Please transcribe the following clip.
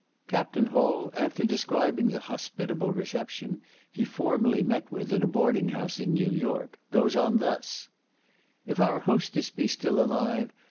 captain hall, after describing the hospitable reception he formerly met with, at a boarding-house in new york, goes on thus if our hostess be still alive,